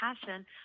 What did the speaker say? passion